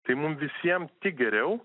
tai mum visiem tik geriau